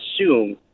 assume